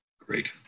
Great